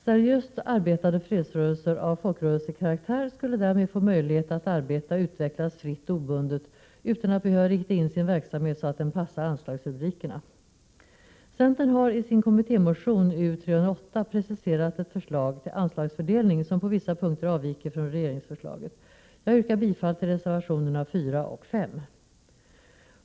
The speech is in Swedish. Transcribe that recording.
Seriöst arbetande fredsrörelser av folkrörelsekaraktär skulle därmed få möjlighet att arbeta och utvecklas fritt och obundet, utan att behöva rikta in sin verksamhet så att den passar anslagsrubrikerna. Centern har i sin kommittémotion U308 preciserat ett förslag till anslags 121 fördelning som på vissa punkter avviker från regeringsförslaget. Jag yrkar bifall till reservationerna 4 och 5.